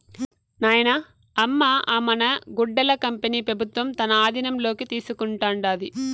నాయనా, అమ్మ అ మన గుడ్డల కంపెనీ పెబుత్వం తన ఆధీనంలోకి తీసుకుంటాండాది